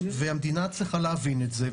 והמדינה צריכה להבין את זה,